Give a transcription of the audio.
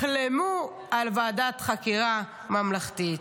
"תחלמו על ועדת חקירה ממלכתית".